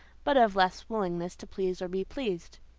but of less willingness to please or be pleased.